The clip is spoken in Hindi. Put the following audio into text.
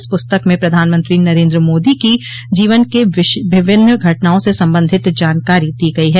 इस पुस्तक में प्रधानमंत्री नरेन्द्र मोदी के जीवन के विभिन्न घटनाओं से संबंधित जानकारी दी गई है